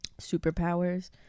superpowers